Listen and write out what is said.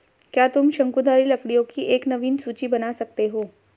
क्या तुम शंकुधारी लकड़ियों की एक नवीन सूची बना सकते हो?